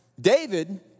David